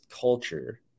culture